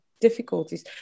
Difficulties